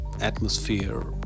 atmosphere